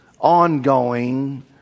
ongoing